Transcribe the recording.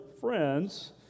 friends